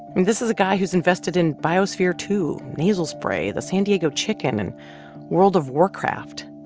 and this is a guy who's invested in biosphere two, nasal spray, the san diego chicken and world of warcraft.